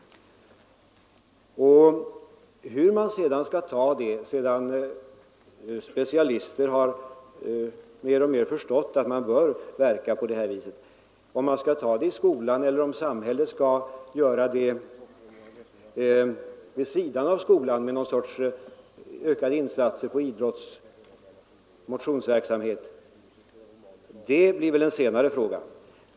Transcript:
Var vi skall ta den tiden — efter det att specialisterna mer och mer har förstått att vi bör verka för ökad fysisk träning — och om den skall tas i skolan eller om samhället skall ge sådan träning vid sidan om, t.ex. genom ökade insatser på idrottsoch motionsområdet, blir väl en senare fråga.